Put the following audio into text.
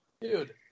dude